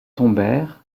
tombèrent